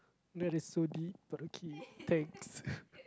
that's so deep but okay thanks